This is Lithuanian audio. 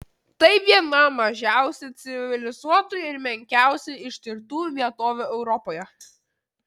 tai viena mažiausiai civilizuotų ir menkiausiai ištirtų vietovių europoje